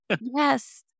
Yes